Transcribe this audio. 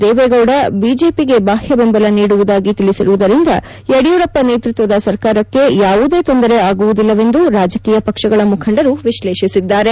ದೇವೇಗೌಡ ಬಿಜೆಪಿಗೆ ಬಾಹ್ವದೆಂಬಲ ನೀಡುವುದಾಗಿ ತಿಳಿಸಿರುವುದರಿಂದ ಯಡಿಯೂರಪ್ಪ ನೇತೃತ್ವದ ಸರ್ಕಾರಕ್ಕೆ ಯಾವುದೇ ತೊಂದರೆ ಆಗುವುದಿಲ್ಲವೆಂದು ರಾಜಕೀಯ ಪಕ್ಷಗಳ ಮುಖಂಡರು ವಿಶ್ಲೇಷಿಸಿದ್ದಾರೆ